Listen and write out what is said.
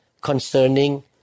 concerning